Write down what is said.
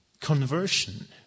conversion